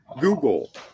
Google